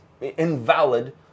invalid